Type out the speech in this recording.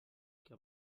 que